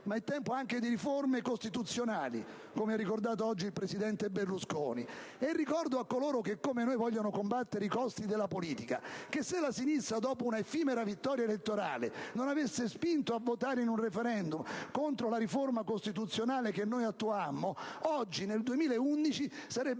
Ma è tempo anche di riforme costituzionali, come ha ricordato oggi il presidente Berlusconi. Ricordo a coloro che, come noi, vogliono combattere i costi della politica, che se la sinistra, dopo un'effimera vittoria elettorale, non avesse spinto a votare in un *referendum* contro la riforma costituzionale che noi attuammo, oggi - nel 2011 - sarebbe